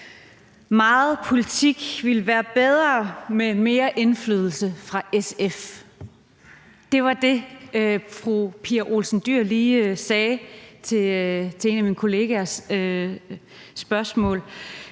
Meget politik ville være bedre med mere indflydelse fra SF. Det var det, fru Pia Olsen Dyhr lige sagde til en af mine kollegaers spørgsmål.